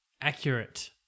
accurate